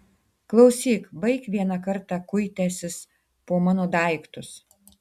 klausyk baik vieną kartą kuitęsis po mano daiktus